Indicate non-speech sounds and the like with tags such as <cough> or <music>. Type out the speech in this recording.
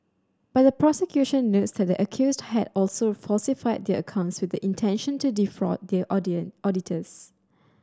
but the prosecution notes that accused had also falsified their accounts with the intention to defraud their <unintelligible> auditors